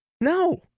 No